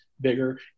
bigger